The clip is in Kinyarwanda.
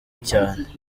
cyane